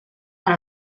per